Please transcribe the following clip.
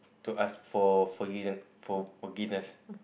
to ask for forgive~ forgiveness